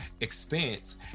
expense